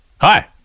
Hi